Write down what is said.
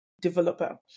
developer